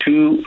Two